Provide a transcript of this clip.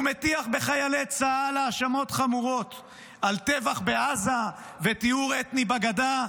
הוא מטיח בחיילי צה"ל האשמות חמורות על טבח בעזה וטיהור אתני בגדה,